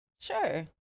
Sure